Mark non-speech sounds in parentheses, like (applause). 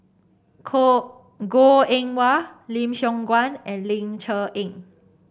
(unintelligible) Goh Eng Wah Lim Siong Guan and Ling Cher Eng